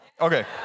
okay